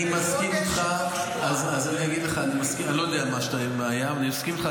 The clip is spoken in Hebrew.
אני לא יודע מה היה, אבל אני מסכים איתך.